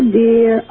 dear